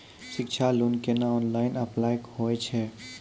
शिक्षा लोन केना online apply होय छै?